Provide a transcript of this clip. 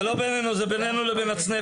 זה בינינו לבין הצנפים.